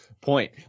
point